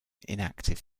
inactive